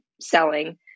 selling